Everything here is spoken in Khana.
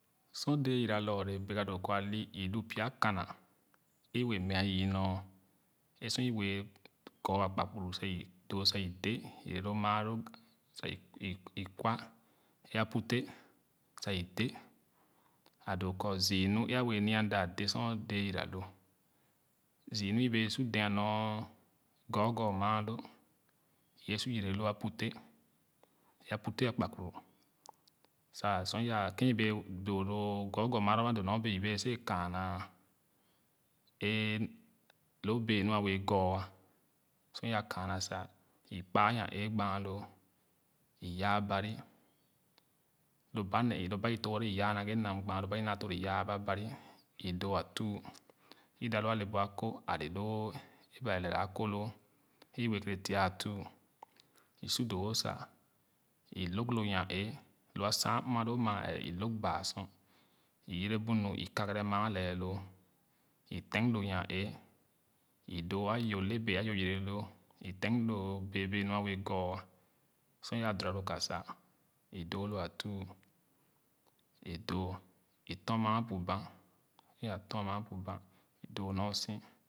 Sor dɛɛ yora lɔɔre bɛga doo ali ilu pya kana ē wɛɛ me ah yii nor ē sor wɛɛ kɔɔ akpakpuru sa o doo sa i del yere loo maalo sa i i kwa aya apu teh sa i de’ a doo kɔ zii nu ē abee nia m da adē sor dɛɛ yira lo zii nu i bee su dɛan nor kɔɔkɔɔ maalo i wɛɛ sor yere lo a pu teh ē puteh akakpuru sa sor ya ken o bee doo lo kɔɔkɔo maalo ama doo nor bee i bēē si wɛɛ káána ee lo bee nu a bɛɛ kɔɔ ày sor yaa káána sa i kpa yan-ee gbaaloo i yaa bani lo ba nee ii lo ba i toora i yaa naghe nam but lo ba i na toora i i yaa aba bari i dɔ a tuu either lo ale bu akor ale lo ba lɛɛra a kor lo ē i wɛɛ kere tia a tuu i su doo wo sa i lōg lo yan-ee lo asan mme loo maa ɛɛ i lōg baa sor i yere bu nu i kagare maa lɛɛloo i teng lo yan-ee i doo ayo le bɛɛ ayo si yere lo i teng lo bɛɛ bɛɛ nua wɛɛ kɔɔ ay sor yaa dora lo ka sa i doo lo atuu o doo o tɔr maa bu banh sor sor yaa tɔa maa bu banh i doo nɔr so